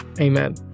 amen